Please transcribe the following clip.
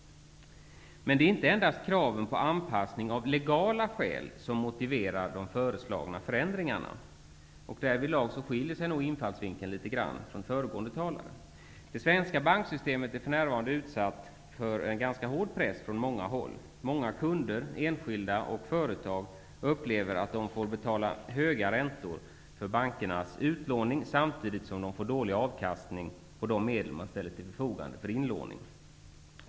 Det är inte endast kraven på anpassning av legala skäl som motiverar de föreslagna förändringarna. Därvidlag skiljer sig nog infallsvinkeln något från föregående talares. Det svenska banksystemet är för närvarande från många håll utsatt för en ganska hård press. Många kunder, enskilda och företag, upplever att de får betala höga räntor för bankernas utlåning, samtidigt som de får dålig avkastning för de medel som ställs till förfogande för inlåning.